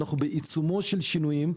אנחנו בעיצומם של שינויים,